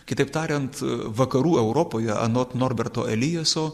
kitaip tariant vakarų europoje anot norberto elijaso